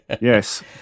Yes